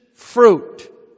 fruit